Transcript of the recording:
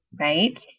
right